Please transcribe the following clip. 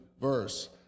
verse